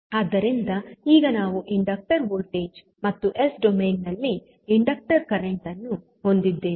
ಆದ್ದರಿಂದ ಈಗ ನಾವು ಇಂಡಕ್ಟರ್ ವೋಲ್ಟೇಜ್ ಮತ್ತು ಎಸ್ ಡೊಮೇನ್ ನಲ್ಲಿ ಇಂಡಕ್ಟರ್ ಕರೆಂಟ್ ಅನ್ನು ಹೊಂದಿದ್ದೇವೆ